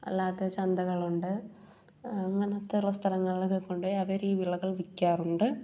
അല്ലാത്ത ചന്തകളുണ്ട് അങ്ങനത്തെയുള്ള സ്ഥലങ്ങളിൽ ഒക്കെ കൊണ്ടുപോയി അവർ ഈ വിളകൾ വിൽക്കാറുണ്ട്